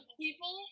people